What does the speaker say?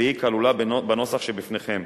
והיא כלולה בנוסח שבפניכם.